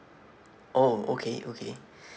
oh okay okay